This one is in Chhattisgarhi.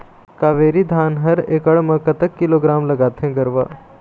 कावेरी धान हर एकड़ म कतक किलोग्राम लगाथें गरवा?